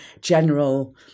general